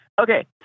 Okay